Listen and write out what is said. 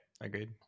agreed